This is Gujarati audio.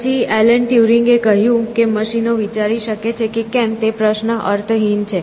પછી એલન ટ્યુરિંગ એ કહ્યું કે મશીનો વિચારી શકે કે કેમ તે પ્રશ્ન અર્થહીન છે